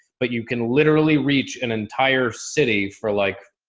but you can literally reach an entire city for like